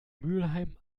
mülheim